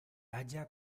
halla